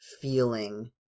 feeling